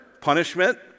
punishment